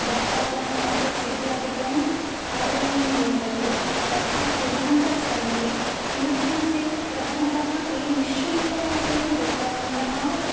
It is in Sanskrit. डाटा प्लान् आफ़र्स् इत्यादिकं स्थापनीयं वर्तते तथा कुर्वन्तः सन्ति किमर्थं चेत् प्रथमतः ते निःशुल्करूपेण दत्तवन्तः